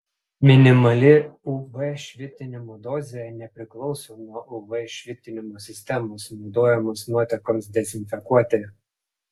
minimali uv švitinimo dozė nepriklauso nuo uv švitinimo sistemos naudojamos nuotekoms dezinfekuoti